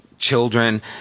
children